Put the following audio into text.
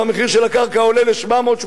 והמחיר של הקרקע עולה ל-700,000,